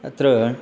अत्र